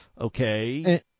okay